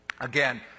Again